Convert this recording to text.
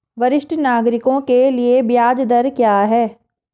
वरिष्ठ नागरिकों के लिए ब्याज दर क्या हैं?